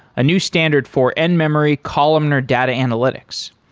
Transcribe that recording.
a new standard for in-memory columnar data analytics.